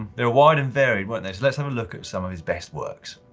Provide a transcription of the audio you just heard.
they're wide and varied, weren't they. so let's have a look at some of his best works.